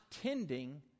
tending